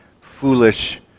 foolish